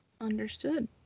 Understood